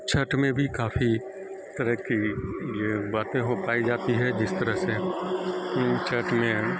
چھٹ میں بھی کافی طرح کی یہ باتیں ہو پائی جاتی ہے جس طرح سے چھٹ میں